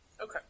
Okay